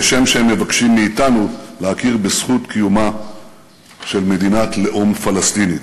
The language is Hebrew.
כשם שהם מבקשים מאתנו להכיר בזכות קיומה של מדינת לאום פלסטינית.